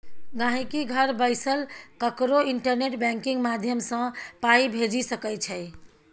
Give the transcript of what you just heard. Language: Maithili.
गांहिकी घर बैसल ककरो इंटरनेट बैंकिंग माध्यमसँ पाइ भेजि सकै छै